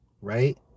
right